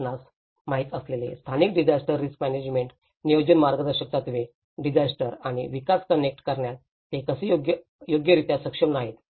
म्हणूनच आपणास माहित असलेले स्थानिक डिझास्टर रिस्क मॅनेजमेंट नियोजन मार्गदर्शक तत्त्वे डिझास्टर आणि विकास कनेक्ट करण्यात ते कसे योग्यरित्या सक्षम नाही